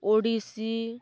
Odissi